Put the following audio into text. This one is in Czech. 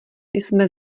jsme